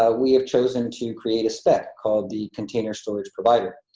ah we've chosen to create a spec called the container storage provider.